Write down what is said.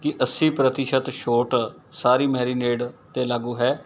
ਕੀ ਅੱਸੀ ਪ੍ਰਤੀਸ਼ਤ ਛੋਟ ਸਾਰੀ ਮੈਰੀਨੇਡ 'ਤੇ ਲਾਗੂ ਹੈ